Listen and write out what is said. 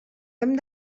hem